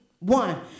One